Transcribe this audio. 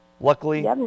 Luckily